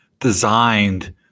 designed